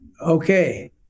Okay